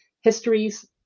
histories